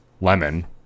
Lemon